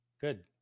Good